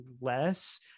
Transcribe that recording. less